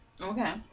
Okay